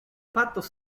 patos